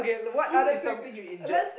food is something you inject